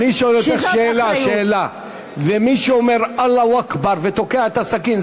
אני שואל אותך שאלה: ומי שאומר "אללהו אכבר" ותוקע את הסכין,